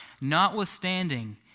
Notwithstanding